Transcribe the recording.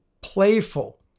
playful